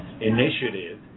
initiative